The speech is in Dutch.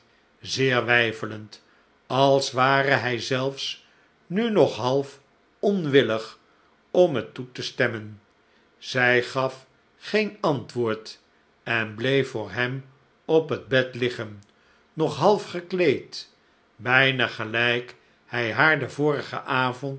zeer weifelend als ware hij zelfs nu nog half onwillig om het toe te stemmen zij gaf geen antwoord en bleef voor hem op het bed liggen nog half gekleed bijna gelijk hij haar den vorigen avond